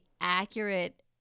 accurate